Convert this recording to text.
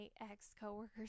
ex-coworkers